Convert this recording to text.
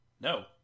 No